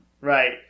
Right